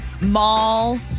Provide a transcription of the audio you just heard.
mall